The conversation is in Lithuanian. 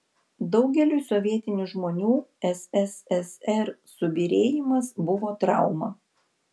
daugeliui sovietinių žmonių sssr subyrėjimas buvo trauma